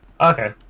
Okay